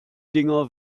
dinger